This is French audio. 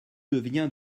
devient